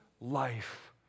life